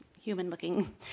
human-looking